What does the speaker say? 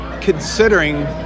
considering